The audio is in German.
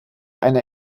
eine